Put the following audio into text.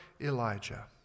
Elijah